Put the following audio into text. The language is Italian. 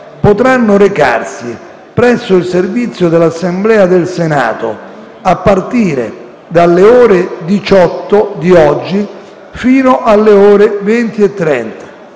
potranno recarsi presso il Servizio dell'Assemblea del Senato a partire dalle ore 18 di oggi fino alle ore 20,30.